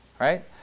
Right